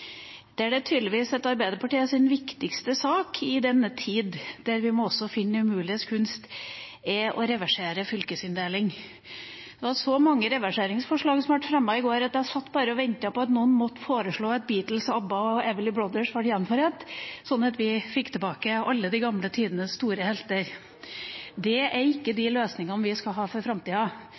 at Arbeiderpartiets tydeligvis viktigste sak i denne tid – der vi også må finne fram til det umuliges kunst – er å reversere fylkesinndeling. Det var så mange reverseringsforslag som ble fremmet i går, at jeg bare satt og ventet på at noen måtte foreslå at Beatles, ABBA og Everly Brothers ble gjenforent, sånn at vi fikk tilbake alle de gamle tidenes store helter. Det er ikke de løsningene vi skal ha for framtida.